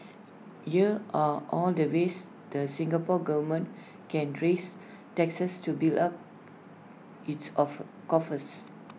here are all the ways the Singapore Government can raise taxes to build up its offer coffers